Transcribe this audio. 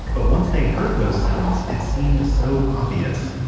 but once they heard those sounds, it seemed so obvious.